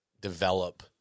develop